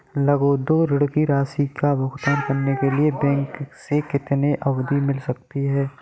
लघु उद्योग ऋण की राशि का भुगतान करने के लिए बैंक से कितनी अवधि मिल सकती है?